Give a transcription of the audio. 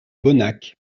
bonnac